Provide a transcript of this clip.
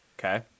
okay